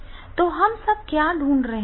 तो हम सब क्या ढूंढ रहे हैं